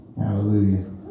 hallelujah